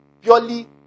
Purely